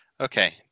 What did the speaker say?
Okay